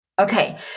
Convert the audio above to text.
Okay